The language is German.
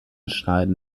schneiden